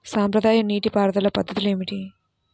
సాంప్రదాయ నీటి పారుదల పద్ధతులు ఏమిటి?